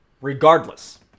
regardless